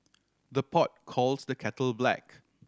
the pot calls the kettle black